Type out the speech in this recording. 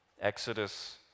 Exodus